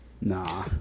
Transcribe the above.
Nah